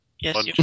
Yes